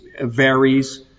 varies